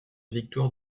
victoire